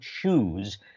choose